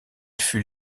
fut